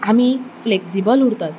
आमी फ्लॅक्झिबल उरतात